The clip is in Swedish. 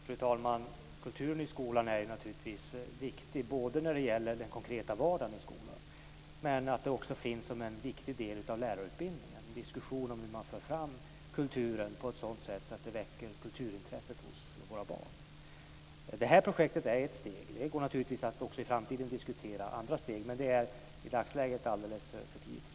Fru talman! Kulturen i skolan är naturligtvis viktig, både när det gäller den konkreta vardagen i skolan men också att den finns som en viktig del av lärarutbildningen. Det är en diskussion om hur man för fram kulturen på ett sådant sätt att den väcker kulturintresset hos våra barn. Detta projekt är ett steg. Det går naturligtvis att också i framtiden diskutera andra steg. Men det är för tidigt att säga något i dagsläget.